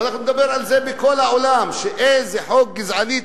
ואנחנו נדבר על זה בכל העולם: איזה חוק גזעני,